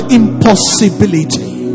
impossibility